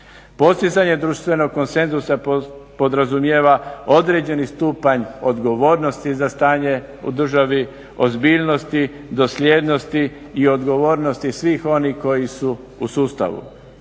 Postizanje društvenog konsenzusa podrazumijeva određeni stupanj odgovornosti za stanje u državi, ozbiljnosti, dosljednosti i odgovornosti svih onih koji su u sustavu